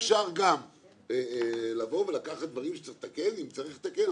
אפשר גם לבוא ולקחת דברים שצריך לתקן אם צריך לתקן.